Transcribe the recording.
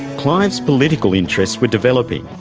clive's political interests were developing,